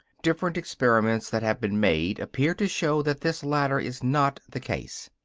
different experiments that have been made appear to show that this latter is not the case.